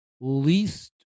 least